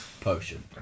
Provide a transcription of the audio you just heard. Potion